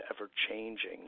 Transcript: ever-changing